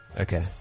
Okay